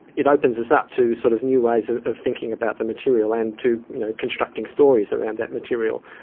it opens us up to sort of new ways ah of thinking about the material and to constructing stories around that material.